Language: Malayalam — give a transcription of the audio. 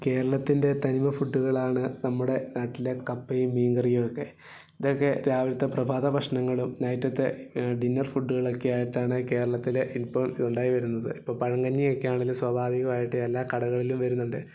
കേരളത്തിൻ്റെ തനിമ ഫുഡുകളാണ് നമ്മുടെ നാട്ടിലെ കപ്പയും മീൻ കറിയുമൊക്കെ ഇതൊക്കെ രാവിലത്തെ പ്രഭാത ഭക്ഷണങ്ങളും നൈറ്റിലത്തെ ഡിന്നർ ഫുഡുകളൊക്കെ ആയിട്ടാണ് കേരളത്തിലെ ഇപ്പോൾ ഉണ്ടായി വരുന്നത് ഇപ്പോൾ പഴങ്കഞ്ഞിയൊക്കെ ആണെങ്കിൽ സ്വാഭാവികമായിട്ട് എല്ലാ കടകളിലും വരുന്നുണ്ട്